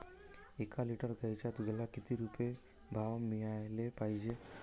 एक लिटर गाईच्या दुधाला किती रुपये भाव मिळायले पाहिजे?